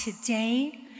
today